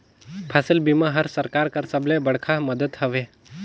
फसिल बीमा हर सरकार कर सबले बड़खा मदेत हवे